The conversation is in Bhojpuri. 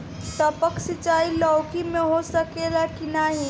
टपक सिंचाई लौकी में हो सकेला की नाही?